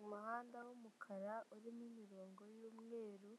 Umuhanda wumukara urimo imirongo y'umweru